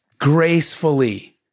gracefully